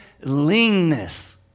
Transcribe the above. leanness